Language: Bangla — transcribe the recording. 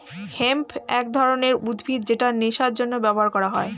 হেম্প এক ধরনের উদ্ভিদ যেটা নেশার জন্য ব্যবহার করা হয়